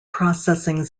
processing